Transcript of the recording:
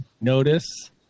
notice